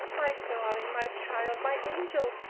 my darling, my child, my angel!